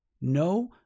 No